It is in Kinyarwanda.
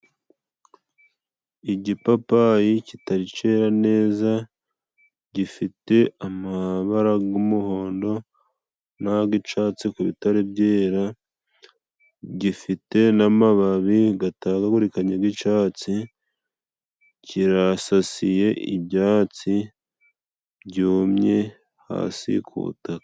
Igipapayi kitari cera neza, gifite amabara g'umuhondo n'agicatsi kubitari byera, gifite n'amababi gatagagurikanye g'icatsi, kirasasiye ibyatsi byumye hasi kubutaka.